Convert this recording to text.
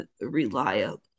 reliable